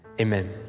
amen